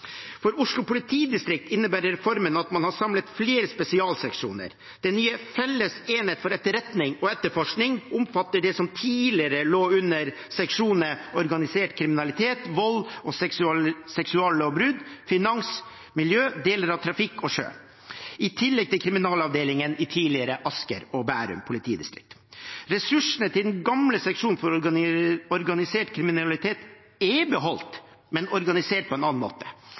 For Oslo politidistrikt innebærer reformen at man har samlet flere spesialseksjoner. Den nye Felles enhet for etterretning og etterforskning omfatter det som tidligere lå under seksjonene for organisert kriminalitet, vold og seksuallovbrudd, finans, miljø, deler av trafikk og sjø, i tillegg til kriminalavdelingen i tidligere Asker og Bærum politidistrikt. Ressursene til den gamle Seksjon for organisert kriminalitet er beholdt, men organisert på en annen måte.